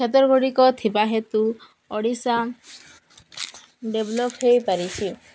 କ୍ଷେତ୍ର ଗୁଡ଼ିକ ଥିବା ହେତୁ ଓଡ଼ିଶା ଡେଭଲପ୍ ହେଇପାରିଛିି